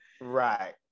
right